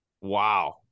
Wow